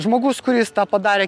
žmogus kuris tą padarė